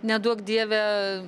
neduok dieve